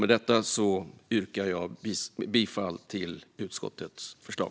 Med detta yrkar jag bifall till utskottets förslag.